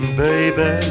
baby